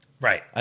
Right